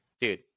dude